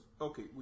Okay